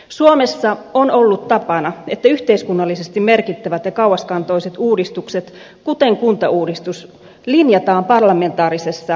suomessa on ollut tapana että yhteiskunnallisesti merkittävät ja kauaskantoiset uudistukset kuten kuntauudistus linjataan parlamentaarisissa komiteoissa